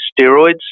steroids